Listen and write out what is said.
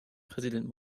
präsident